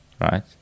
right